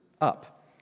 up